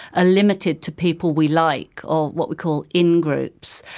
ah limited to people we like or what we call in-groups.